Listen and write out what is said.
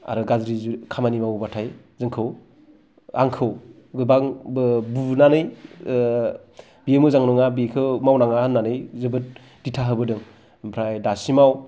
आरो गाज्रि खामानि मावोबाथाय जोंखौ आंखौ गोबांबो बुनानै बेयो मोजां नङा बेखौ मावनाङा होन्नानै जोबोद दिथा होबोदों ओमफ्राय दासिमाव